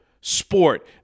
Sport